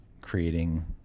creating